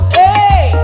hey